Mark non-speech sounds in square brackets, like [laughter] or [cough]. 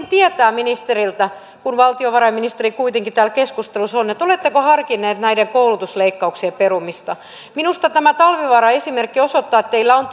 [unintelligible] tietää ministeriltä kun valtiovarainministeri kuitenkin täällä keskustelussa on oletteko harkinneet koulutusleikkauksien perumista minusta tämä talvivaara esimerkki osoittaa että teillä on [unintelligible]